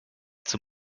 zur